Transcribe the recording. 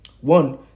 One